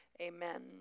amen